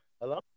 Hello